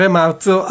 marzo